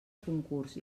concurs